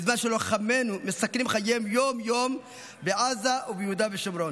בזמן שלוחמינו מסכנים חייהם יום-יום בעזה וביהודה ושומרון,